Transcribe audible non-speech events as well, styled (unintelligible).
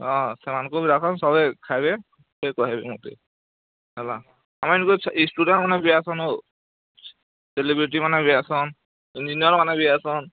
ହଁ ସେମାନଙ୍କୁ ବି ଡାକନ୍ ସବେ ଖାଇବେ ଫେର୍ କହିବେ ମୋତେ ହେଲା ଆମର୍ ଏନିକୁ ଏଇ ଷ୍ଟୁଡ଼େଣ୍ଟ୍ମାନେ ବି ଆସନ୍ ଓ ସେଲେବ୍ରିଟୀମାନେ ବି ଆସନ୍ (unintelligible) ମାନେ ବି ଆସନ୍